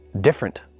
different